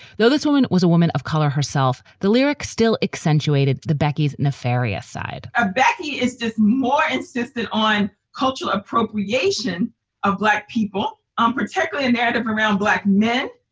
though this woman was a woman of color herself. the lyrics still accentuated the becky's nefarious side ah becky is just more insistent on cultural appropriation of black people, on particularly a narrative around black men,